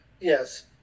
Yes